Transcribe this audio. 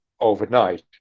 overnight